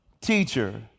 teacher